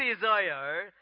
desire